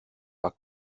pas